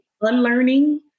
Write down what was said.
unlearning